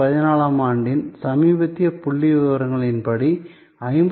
2014 ஆம் ஆண்டின் சமீபத்திய புள்ளிவிவரங்களின்படி 59